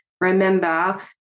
remember